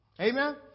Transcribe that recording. Amen